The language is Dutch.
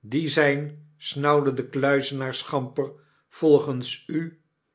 die zyn snauwde de kluizenaar schamper volgens u